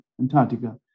Antarctica